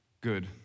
good